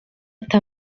ati